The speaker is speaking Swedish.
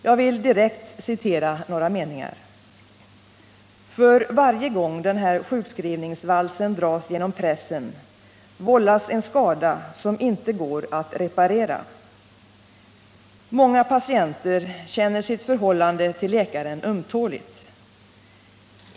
Jag vill direkt citera några meningar: ”För varje gång den här sjukskrivningsvalsen dras genom pressen vållas en skada som inte går att reparera. Många patienter känner sitt förhållande till läkaren ömtåligt.